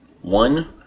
One